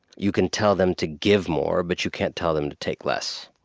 you can tell them to give more, but you can't tell them to take less.